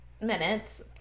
minutes